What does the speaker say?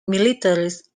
militaries